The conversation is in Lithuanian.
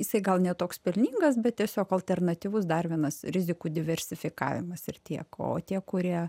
jisai gal ne toks pelningas bet tiesiog alternatyvus dar vienas rizikų diversifikavimas ir tiek o tie kurie